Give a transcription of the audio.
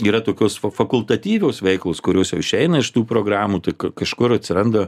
yra tokios fakultatyvios veiklos kurios jau išeina iš tų programų tik kažkur atsiranda